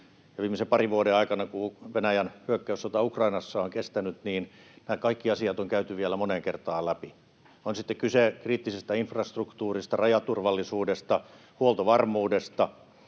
viimeisen parin vuoden aikana, minkä ajan Venäjän hyökkäyssota Ukrainassa on kestänyt, nämä kaikki asiat on käyty vielä moneen kertaan läpi. On sitten kyse kriittisestä infrastruktuurista, rajaturvallisuudesta tai huoltovarmuudesta